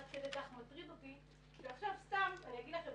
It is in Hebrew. עד כדי כך מטריד אותי שעכשיו סימסתי